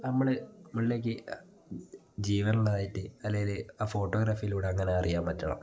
നമ്മൾ മുകളിലേക്ക് ജീവനുള്ളതായിട്ട് അല്ലെങ്കിൽ ആ ഫോട്ടോഗ്രാഫിയിലൂടെ അങ്ങനെ അറിയാൻ പറ്റണം